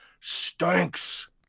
stinks